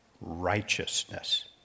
righteousness